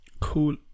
cool